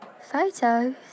Photos